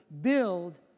build